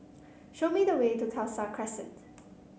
show me the way to Khalsa Crescent